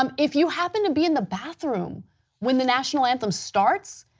um if you happen to be in the bathroom when the national anthem starts,